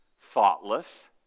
thoughtless